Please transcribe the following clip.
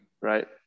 right